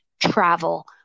travel